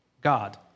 God